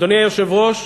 אדוני היושב-ראש,